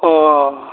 अ